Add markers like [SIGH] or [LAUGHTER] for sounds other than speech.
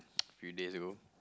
[NOISE] a few days ago